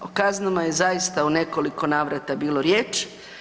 O kaznama je zaista u nekoliko navrata bilo riječ.